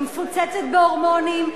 היא מפוצצת בהורמונים,